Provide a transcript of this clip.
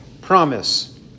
promise